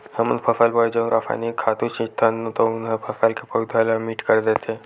हमन फसल बर जउन रसायनिक खातू छितथन तउन ह फसल के पउधा ल मीठ कर देथे